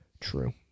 True